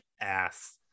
ass